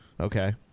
Okay